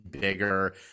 bigger